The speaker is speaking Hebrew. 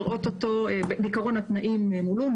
בעיקרון התנאים מולאו.